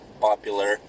popular